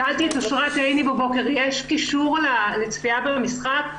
שאלתי את אשרת עיני בבוקר אם יש קישור לצפייה במשחק,